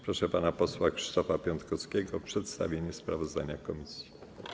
Proszę pana posła Krzysztofa Piątkowskiego o przedstawienie sprawozdania komisji.